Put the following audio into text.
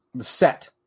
set